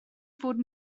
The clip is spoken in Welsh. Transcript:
fod